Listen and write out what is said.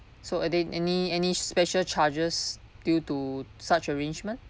so are there any any special charges due to such arrangement